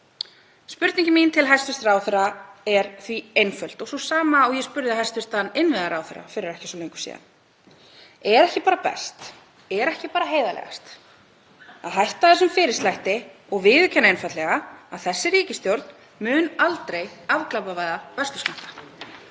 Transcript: Spurningin mín til hæstv. ráðherra er því einföld og sú sama og ég spurði hæstv. innviðaráðherra fyrir ekki svo löngu síðan: Er ekki bara best, er ekki bara heiðarlegast að hætta þessum fyrirslætti og viðurkenna einfaldlega að þessi ríkisstjórn mun aldrei afglæpavæða vörsluskammta?